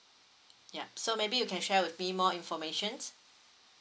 yup so maybe you can share with me more informations